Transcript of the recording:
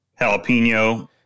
jalapeno